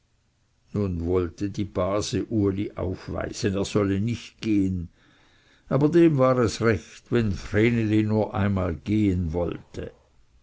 nun wollte die base uli aufweisen er solle nicht gehen aber dem war es recht wenn vreneli nur einmal gehen wollte